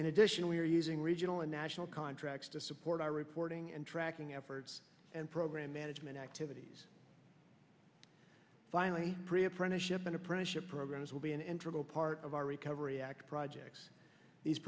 in addition we are using regional and national contracts to support our reporting and tracking efforts and program management activities finally pre apprenticeship and apprenticeship programs will be an internal part of our recovery act projects these